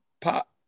pop